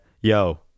yo